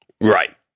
Right